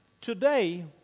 Today